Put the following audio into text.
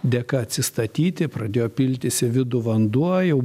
dėka atsistatyti pradėjo piltis į vidų vanduo jau